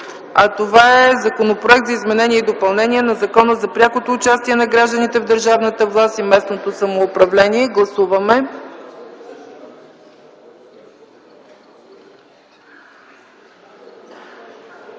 по т. 5 – Законопроект за изменение и допълнение на Закона за прякото участие на гражданите в държавната власт и местното самоуправление. Гласували